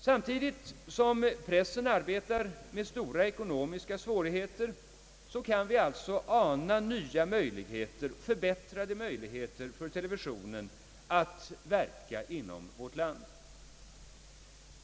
Samtidigt som pressen arbetar med stora ekonomiska svårigheter kan vi alltså ana förbättrade möjligheter för televisionen att verka inom vårt land.